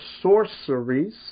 sorceries